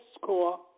score